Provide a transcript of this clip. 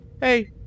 Hey